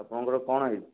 ଆପଣଙ୍କର କ'ଣ ହେଇଛି